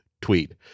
tweet